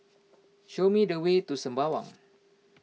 show me the way to Sembawang